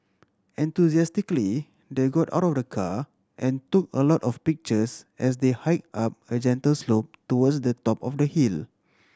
enthusiastically they got out of the car and took a lot of pictures as they hike up a gentle slope towards the top of the hill